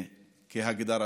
כהגדרתו.